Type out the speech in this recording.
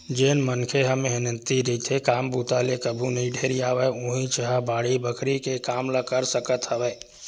जेन मनखे ह मेहनती रहिथे, काम बूता ले कभू नइ ढेरियावय उहींच ह बाड़ी बखरी के काम ल कर सकत हवय